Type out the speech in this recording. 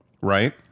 right